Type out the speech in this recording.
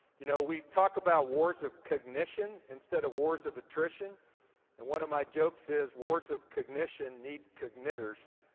you know we talk about wars of cognition instead of wars of attrition and one of my jokes is wars of cognition need cognitters.